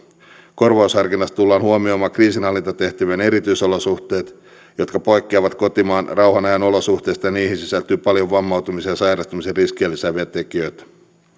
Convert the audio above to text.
korvausharkinnassa tullaan huomioimaan kriisinhallintatehtävien erityisolosuhteet jotka poikkeavat kotimaan rauhanajan olosuhteista ja niihin sisältyy paljon vammautumisen ja sairastumisen riskejä lisääviä tekijöitä